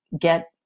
get